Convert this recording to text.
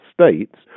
states